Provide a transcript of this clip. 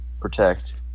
protect